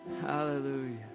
hallelujah